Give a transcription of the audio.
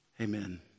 Amen